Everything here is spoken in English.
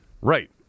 Right